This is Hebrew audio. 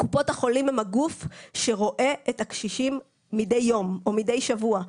קופות החולים הן הגוף שרואה את הקשישים מדי יום או מדי שבוע.